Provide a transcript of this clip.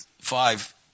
five